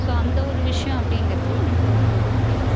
so அந்த ஒரு விஷயம் அப்படிங்கறது எனக்கு ரொம்ப ரொம்ப பிடிக்கும்